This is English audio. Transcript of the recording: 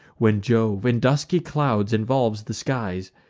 when jove in dusky clouds involves the skies,